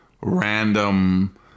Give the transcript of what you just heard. Random